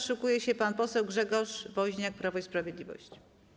Szykuje się pan poseł Grzegorz Woźniak, Prawo i Sprawiedliwość.